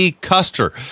Custer